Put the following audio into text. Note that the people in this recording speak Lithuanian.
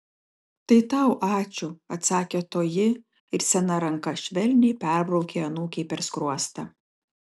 tai tau ačiū atsakė toji ir sena ranka švelniai perbraukė anūkei per skruostą